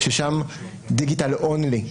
ששם digital only.